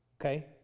Okay